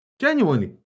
Genuinely